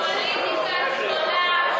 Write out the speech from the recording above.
פוליטיקה גדולה.